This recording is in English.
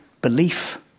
belief